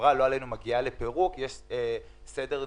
כשחברה מגיעה לפירוק, לא עלינו, יש סדר נישום.